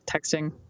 texting